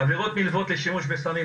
עבירות נלוות לשימוש בסמים,